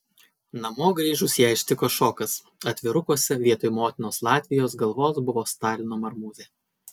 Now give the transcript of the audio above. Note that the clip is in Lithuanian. namo grįžus ją ištiko šokas atvirukuose vietoj motinos latvijos galvos buvo stalino marmūzė